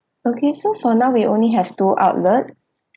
okay so for now we only have two outlets